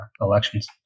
elections